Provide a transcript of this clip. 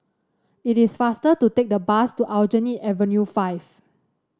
it is faster to take the bus to Aljunied Avenue Five